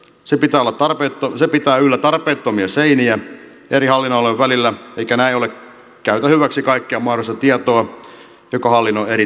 se pitää yllä tarpeettomia seiniä eri hallinnonalojen välillä eikä näin ollen käytä hyväksi kaikkea mahdollista tietoa joka hallinnon eri tasoilla on